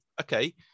okay